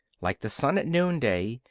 like the sun at noonday,